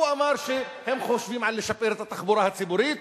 הוא אמר שהם חושבים לשפר את התחבורה הציבורית